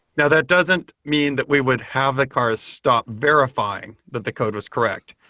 now that doesn't mean that we would have the car stop verifying that the code was correct,